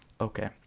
okay